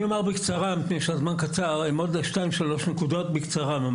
אני אומר שתיים-שלוש נקודות בקצרה: